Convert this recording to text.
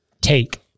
take